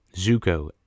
Zuko